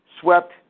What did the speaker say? Swept